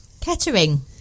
kettering